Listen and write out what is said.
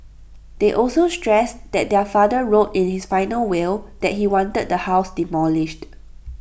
they also stressed that their father wrote in his final will that he wanted the house demolished